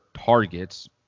targets